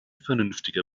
vernünftiger